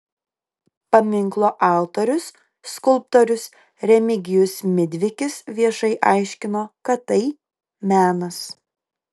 paminklo autorius skulptorius remigijus midvikis viešai aiškino kad tai menas